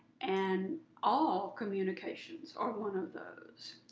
and all communications are one of those.